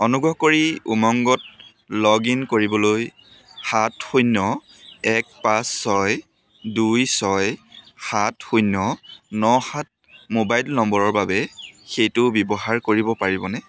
অনুগ্ৰহ কৰি উমংগত লগ ইন কৰিবলৈ সাত শূন্য এক পাঁচ ছয় দুই ছয় সাত শূন্য ন সাত মোবাইল নম্বৰৰ বাবে সেইটো ব্যৱহাৰ কৰিব পাৰিবনে